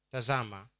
Tazama